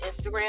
Instagram